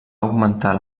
augmentar